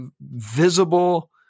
visible